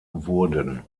wurden